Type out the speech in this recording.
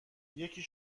یکی